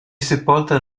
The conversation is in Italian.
sepolta